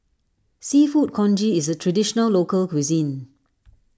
Seafood Congee is a Traditional Local Cuisine